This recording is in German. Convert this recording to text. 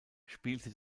spielte